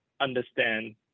understand